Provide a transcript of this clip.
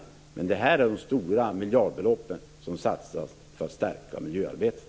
Här rör det sig om de stora miljardbelopp som satsas för att stärka miljöarbetet.